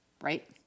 right